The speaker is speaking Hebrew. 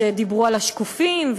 שדיברו על השקופים,